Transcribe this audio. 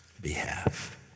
behalf